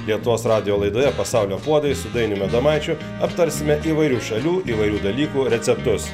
lietuvos radijo laidoje pasaulio puodai su dainiumi adomaičiu aptarsime įvairių šalių įvairių dalykų receptus